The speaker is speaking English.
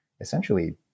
essentially